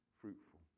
fruitful